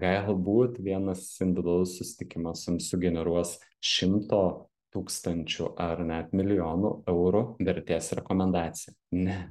galbūt vienas individualus susitikimas jums sugeneruos šimto tūkstančių ar net milijonų eurų vertės rekomendaciją ne